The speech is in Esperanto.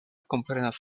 komprenas